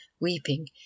weeping